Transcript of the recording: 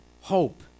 hope